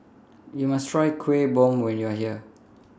YOU must Try Kuih Bom when YOU Are here